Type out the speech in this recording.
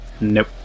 nope